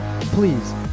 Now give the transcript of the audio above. please